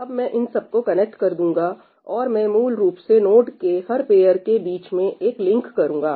तो अब मैं इन सब को कनेक्ट कर दूंगाऔर मैं मूल रूप से नोड के हर पैअर के बीच में एक लिंक करूंगा